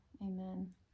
amen